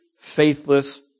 faithless